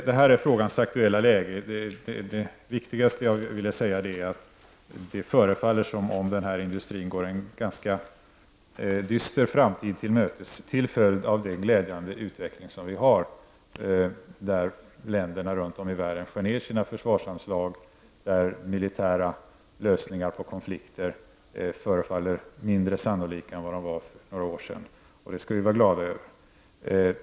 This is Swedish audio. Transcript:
Det här är det aktuella läget i denna fråga. Vad jag har velat framhålla som viktigast här är att det förefaller som om denna industri går en ganska dyster framtid till mötes till följd av den glädjande utveckling som vi kan notera. Det handlar då om att olika länder runt om i världen skär ned sina försvarsanslag. Och det kan gälla länder där militära lösningar på konflikter förefaller mindre sannolika än de var för några år sedan. Detta skall vi vara glada över.